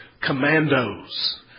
commandos